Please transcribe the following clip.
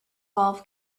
golf